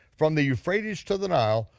from the euphrates to the nile,